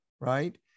right